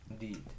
Indeed